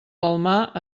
palmar